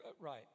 Right